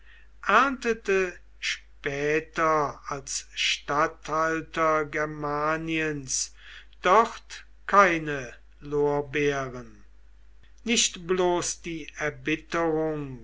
erntete später als statthalter germaniens dort keine lorbeeren nicht bloß die erbitterung